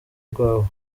rwobo